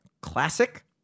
Classic